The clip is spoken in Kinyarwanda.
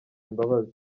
imbabazi